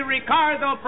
Ricardo